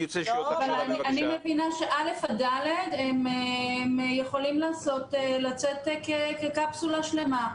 אני מבינה שכיתות א' עד ד' יכולים לצאת כקפסולה שלמה.